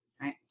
Right